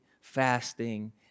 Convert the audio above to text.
fasting